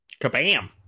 Kabam